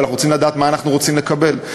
אנחנו רוצים לדעת מה אנחנו רוצים לקבל.